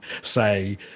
say